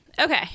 Okay